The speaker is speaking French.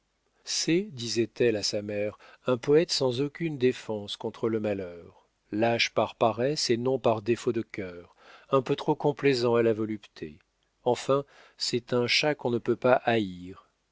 c'est disait-elle à sa mère un poète sans aucune défense contre le malheur lâche par paresse et non par défaut de cœur un peu trop complaisant à la volupté enfin c'est un chat qu'on ne peut pas haïr